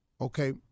okay